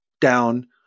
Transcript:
down